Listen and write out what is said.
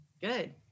Good